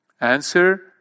Answer